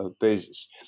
basis